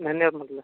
धन्यवाद म्हटलं